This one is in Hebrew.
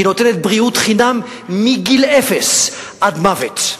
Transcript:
היא נותנת בריאות חינם מגיל אפס עד מוות.